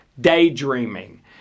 daydreaming